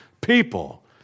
people